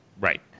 Right